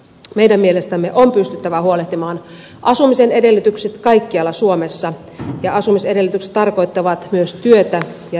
meidän mielestämme on pystyttävä huolehtimaan asumisen edellytyksistä kaikkialla suomessa ja asumisedellytykset tarkoittavat myös työtä ja riittäviä lähipalveluja